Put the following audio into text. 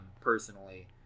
personally